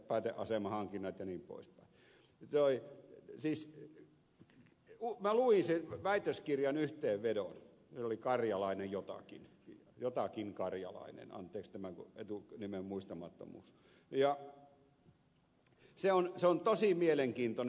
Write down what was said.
siis minä luin sen väitöskirjan yhteenvedon nimi oli jotakin karjalainen anteeksi tämä etunimen muistamattomuus ja se on tosi mielenkiintoinen